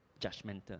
judgmental